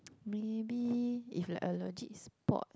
maybe if like allergic spot